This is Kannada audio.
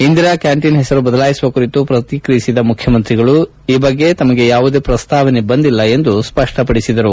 ಇಂದಿರಾ ಕ್ಯಾಂಟೀನ್ ಹೆಸರು ಬದಲಾಯಿಸುವ ಕುರಿತು ಪ್ರತಿಕ್ರಿಯಿಸಿದ ಮುಖ್ಯಮಂತ್ರಿ ಈ ಬಗ್ಗೆ ತಮಗೆ ಯಾವುದೇ ಪ್ರಸ್ತಾವನೆ ಬಂದಿಲ್ಲ ಎಂದು ಸ್ಪಷ್ಟಪಡಿಸಿದರು